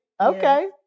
Okay